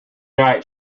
night